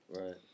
Right